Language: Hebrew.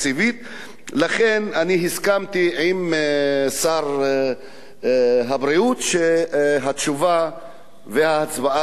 לכן אני הסכמתי עם שר הבריאות שהתשובה וההצבעה יהיו במועד אחר,